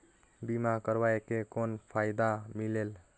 बीमा करवाय के कौन फाइदा मिलेल?